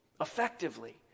effectively